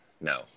no